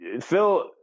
Phil